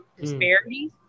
disparities